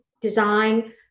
design